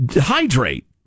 hydrate